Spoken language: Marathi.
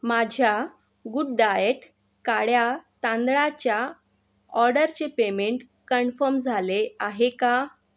माझ्या गुड डाएट काळ्या तांदळाच्या ऑर्डरचे पेमेंट कण्फर्म झाले आहे का